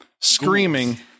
screaming